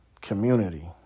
community